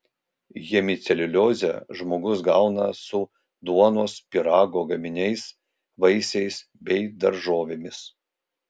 hemiceliuliozę žmogus gauna su duonos pyrago gaminiais vaisiais bei daržovėmis